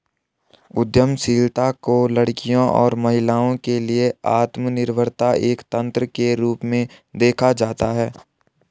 उद्यमशीलता को लड़कियों और महिलाओं के लिए आत्मनिर्भरता एक तंत्र के रूप में देखा जाता है